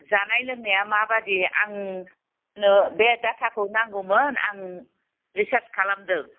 जानाय लोंनाया माबादि आंनो बे डाटाखौ नांगौमोन आं रिसार्च खालामदों